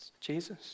Jesus